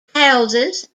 houses